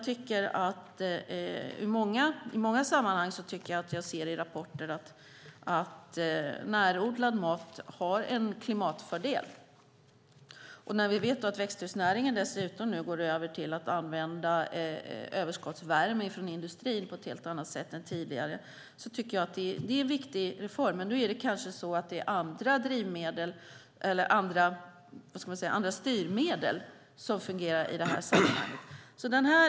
I många sammanhang ser jag i rapporter att närodlad mat har en klimatfördel. När vi dessutom vet att växthusnäringen går över till att använda överskottsvärme från industrin på ett helt annat sätt än tidigare tycker jag att det är en viktig reform. Men nu är det kanske så att det är andra styrmedel som fungerar i detta sammanhang.